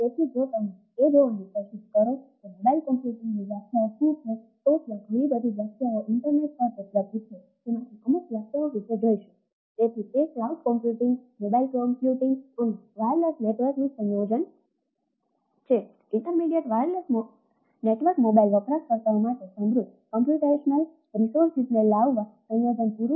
તેથી જો તેનું સંચાલન વિશે જોઈશું